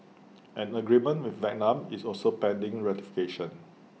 an agreement with Vietnam is also pending ratification